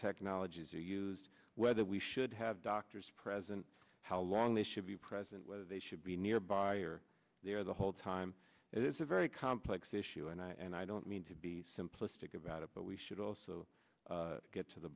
technologies are used whether we should have doctors present how long they should be present whether they should be nearby or there the whole time it is a very complex issue and i and i don't mean to be simplistic about it but we should also get to the